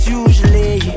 usually